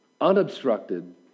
unobstructed